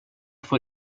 får